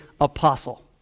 apostle